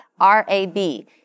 R-A-B